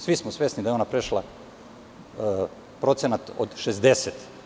Svi smo svesni da je ona prešla procenat od 60%